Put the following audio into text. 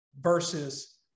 versus